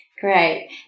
Great